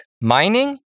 mining